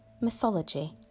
mythology